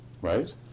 right